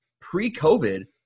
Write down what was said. pre-COVID